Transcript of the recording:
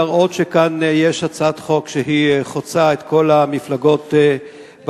להראות שיש כאן הצעת חוק שחוצה את כל המפלגות בכנסת.